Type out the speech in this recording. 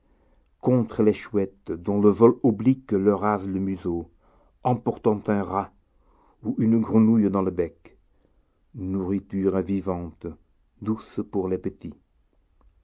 contre les chouettes dont le vol oblique leur rase le museau emportant un rat ou une grenouille dans le bec nourriture vivante douce pour les petits